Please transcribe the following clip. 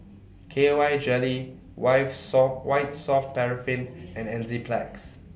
K Y Jelly wife Saw White Soft Paraffin and Enzyplex